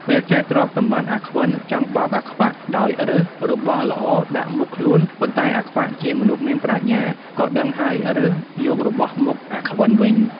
ពេលចែកទ្រព្យសម្បត្តិ អាខ្វិន ចង់បោកអាខ្វាក់ ដោយរើសរបស់ល្អដាក់មុខខ្លួន ប៉ុន្តែអាខ្វាក់ជាមនុស្សមានប្រាជ្ញា ក៏ដឹងហើយរើសយករបស់មុខអាខ្វិនវិញ ។